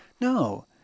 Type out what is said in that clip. no